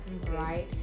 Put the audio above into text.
right